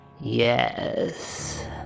Yes